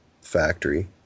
factory